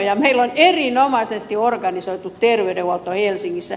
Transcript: meillä on erinomaisesti organisoitu terveydenhuolto helsingissä